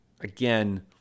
again